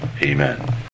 Amen